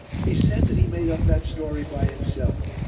he said that he made up that story by himself,